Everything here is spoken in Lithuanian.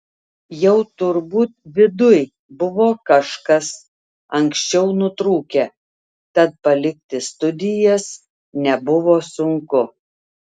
jau turbūt viduj buvo kažkas anksčiau nutrūkę tad palikti studijas nebuvo sunku